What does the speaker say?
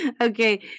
Okay